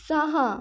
सहा